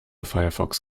firefox